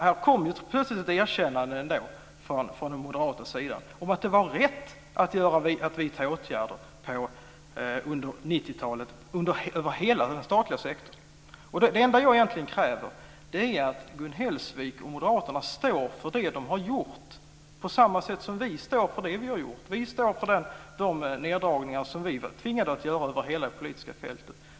Här kom plötsligt ett erkännande från den moderata sidan om att det var rätt att vidta åtgärder under 90 talet över hela den statliga sektorn. Det enda jag egentligen kräver är att Gun Hellsvik och Moderaterna står för det de har gjort på samma sätt som vi står för det vi har gjort. Vi står för de neddragningar som vi var tvingade att göra över hela det politiska fältet.